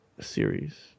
Series